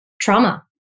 trauma